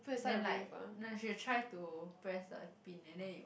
then like no you should try to press the pin and then it will